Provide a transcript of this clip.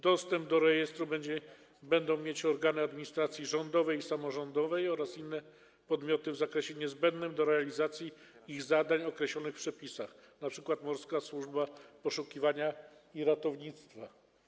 Dostęp do rejestru będą mieć organy administracji rządowej i samorządowej oraz inne podmioty w zakresie niezbędnym do realizacji ich zadań określonych w przepisach, np. Morska Służba Poszukiwania i Ratownictwa.